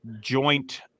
joint